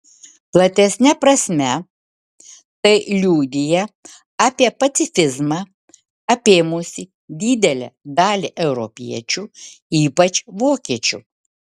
platesne prasme tai liudija apie pacifizmą apėmusį didelę dalį europiečių ypač vokiečių